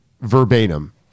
verbatim